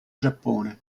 giappone